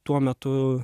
tuo metu